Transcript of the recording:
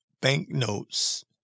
banknotes